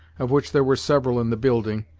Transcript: of which there were several in the building,